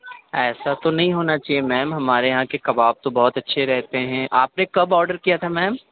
ایسا تو نہیں ہونا چاہیے میم ہمارے یہاں کے کباب تو بہت اچھے رہتے ہیں آپ نے کب آڈر کیا تھا میم